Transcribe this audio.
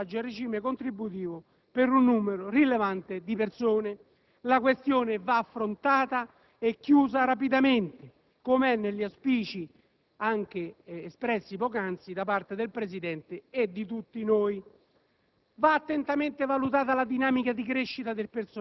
si tocca con mano, in presenza di un passaggio al regime contributivo per un numero rilevante di persone. La questione va affrontata e chiusa rapidamente, com'è negli auspici espressi poc'anzi dal Presidente e da tutti noi.